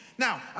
Now